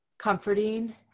comforting